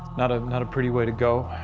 not ah not a pretty way to go,